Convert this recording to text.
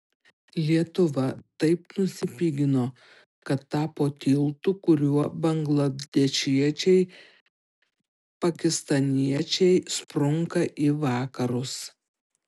lietuva taip nusipigino kad tapo tiltu kuriuo bangladešiečiai pakistaniečiai sprunka į vakarus